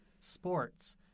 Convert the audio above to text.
sports